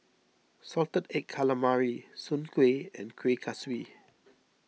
Salted Egg Calamari Soon Kueh and Kuih Kaswi